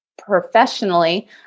professionally